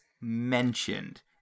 mentioned